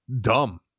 dumb